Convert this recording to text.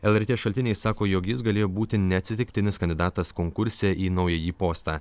lrt šaltiniai sako jog jis galėjo būti neatsitiktinis kandidatas konkurse į naująjį postą